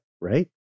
right